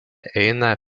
eina